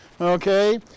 Okay